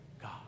God